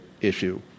issue